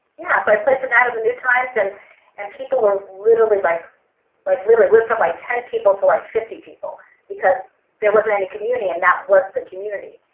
yeah so i placed an ad in the new times and and people were literally like like literally went from like ten people to like fifty people because there wasn't any community and that was the community.